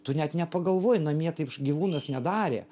tu net nepagalvoji namie taip gyvūnas nedarė